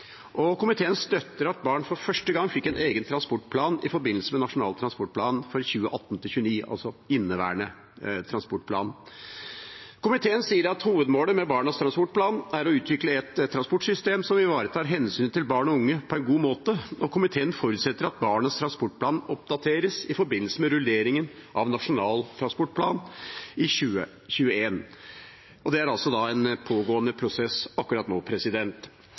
og komiteen støtter at barn for første gang fikk en egen transportplan i forbindelse med Nasjonal transportplan for 2018–2029, altså inneværende transportplan. Komiteen sier at hovedmålet med Barnas transportplan er å utvikle et transportsystem som ivaretar hensynet til barn og unge på en god måte, og komiteen forutsetter at Barnas transportplan oppdateres i forbindelse med rulleringen av Nasjonal transportplan i 2021. Det er en pågående prosess akkurat nå.